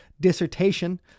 dissertation